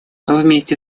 вместе